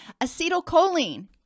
Acetylcholine